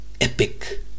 epic